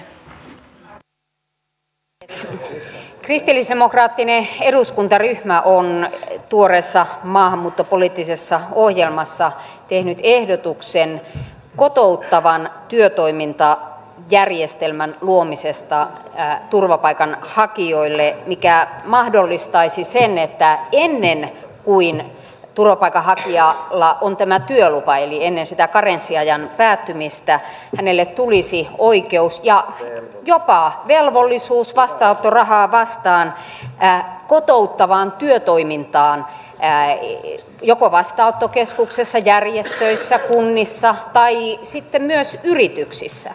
kristillisdemokraattinen eduskuntaryhmä on tuoreessa maahanmuuttopoliittisessa ohjelmassaan tehnyt ehdotuksen kotouttavan työtoimintajärjestelmän luomisesta turvapaikanhakijoille mikä mahdollistaisi sen että ennen kuin turvapaikanhakijalla on tämä työlupa eli ennen sitä karenssiajan päättymistä hänelle tulisi oikeus ja jopa velvollisuus vastaanottorahaa vastaan osallistua kotouttavaan työtoimintaan joko vastaanottokeskuksessa järjestöissä kunnissa tai sitten myös yrityksissä